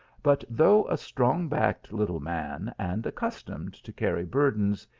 but though a strong-backed little man, and accustomed to carry burdens,